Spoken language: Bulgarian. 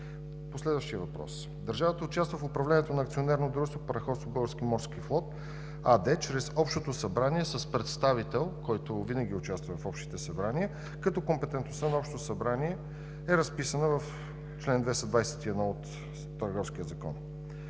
По следващия въпрос. Държавата участва в управлението на акционерно дружество „Параходство Български морски флот“ АД чрез Общото събрание с представител, който винаги участва в общите събрания, като компетентността на Общото събрание е разписана в чл. 221 от Търговския закон.